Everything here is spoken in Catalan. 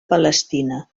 palestina